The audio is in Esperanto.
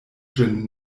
ĝin